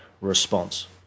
response